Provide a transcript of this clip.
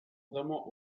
vraiment